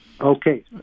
Okay